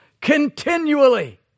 continually